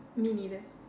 me neither